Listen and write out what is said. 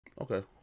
Okay